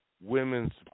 women's